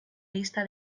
lista